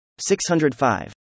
605